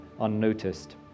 unnoticed